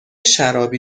شرابی